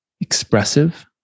expressive